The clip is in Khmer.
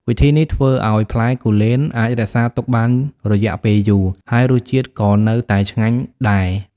វិធីនេះធ្វើឲ្យផ្លែគូលែនអាចរក្សាទុកបានរយៈពេលយូរ ហើយរសជាតិក៏នៅតែឆ្ងាញ់ដែរ។